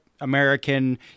American